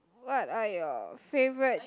what are your favourite